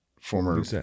Former